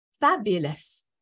fabulous